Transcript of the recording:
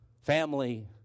family